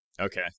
Okay